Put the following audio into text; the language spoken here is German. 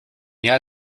jahr